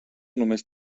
només